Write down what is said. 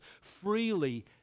freely